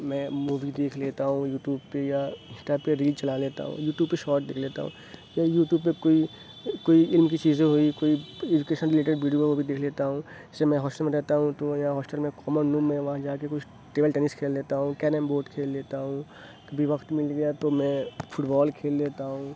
میں مووی دیکھ لیتا ہوں یوٹوب پہ یا انسٹا پہ ریل چلا لیتا ہوں یوٹوب پہ شاٹ دیکھ لیتا ہوں یا یوٹوب پہ کوئی کوئی ان کی چیزیں ہوئیں کوئی ایجوکیشن ریلیٹیڈ ویڈیو بھی دیکھ لیتا ہوں جیسے میں ہاسٹل میں رہتا ہوں تو یا ہاسٹل میں کامن روم میں وہاں جا کے کچھ ٹیبل ٹینس کھیل لیتا ہوں کیرم بورڈ کھیل لیتا ہوں کبھی وقت مل گیا تو میں فٹ بال کھیل لیتا ہوں